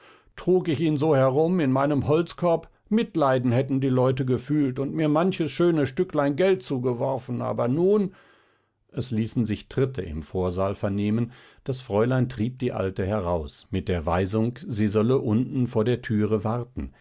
trug ich ihn so herum in meinem holzkorb mitleiden hätten die leute gefühlt und mir manches schöne stücklein geld zugeworfen aber nun es ließen sich tritte im vorsaal vernehmen das fräulein trieb die alte heraus mit der weisung sie solle unten vor der türe warten